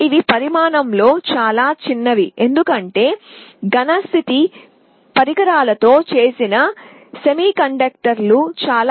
ఇవి పరిమాణంలో చాలా చిన్నవి ఎందుకంటే ఘన స్థితి పరికరాలతో చేసిన సెమీకండక్టర్ అవి చాలా చిన్నవి